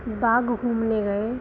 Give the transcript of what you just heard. बाग घूमने गए